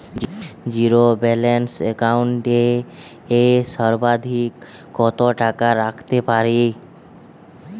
Zero balance account এ সর্বাধিক কত টাকা রাখতে পারি?